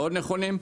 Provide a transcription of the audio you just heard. מאוד נכונים.